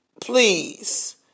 please